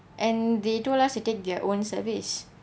and they told us to take their own service